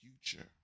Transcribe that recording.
future